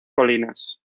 colinas